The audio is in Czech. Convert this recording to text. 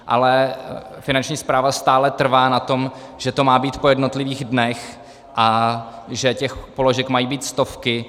Ale Finanční správa stále trvá na tom, že to má být po jednotlivých dnech a že těch položek mají být stovky.